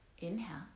inhale